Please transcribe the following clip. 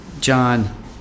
John